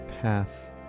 path